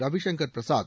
Ravishankar Prasad